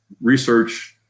research